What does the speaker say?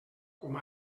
com